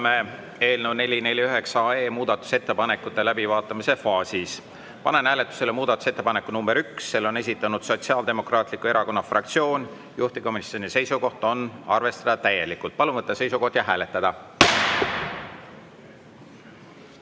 eelnõu 449 muudatusettepanekute läbivaatamise faasis. Panen hääletusele muudatusettepaneku nr 1. Selle on esitanud Sotsiaaldemokraatliku Erakonna fraktsioon, juhtivkomisjoni seisukoht on arvestada täielikult. Palun võtta seisukoht ja hääletada!